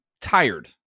tired